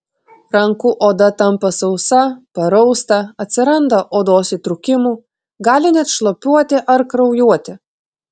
rankų oda tampa sausa parausta atsiranda odos įtrūkimų gali net šlapiuoti ar kraujuoti